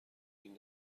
این